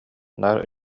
наар